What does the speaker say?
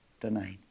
tonight